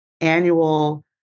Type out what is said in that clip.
annual